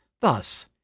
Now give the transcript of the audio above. Thus